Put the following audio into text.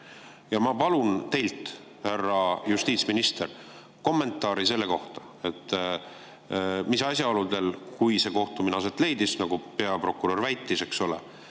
palun teilt, härra justiitsminister, kommentaari selle kohta, mis asjaoludel – kui see kohtumine aset leidis, nagu peaprokurör väitis, eks ole